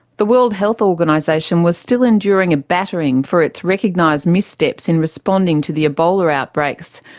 the world health organisation was still enduring a battering for its recognised missteps in responding to the ebola outbreaks.